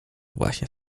właśnie